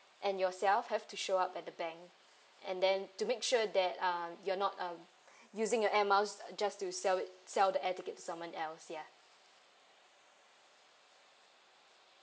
and yourself have to show up at the bank and then to make sure that uh you're not um using your air miles just to sell it sell the air tickets to someone else ya